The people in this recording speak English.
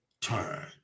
turn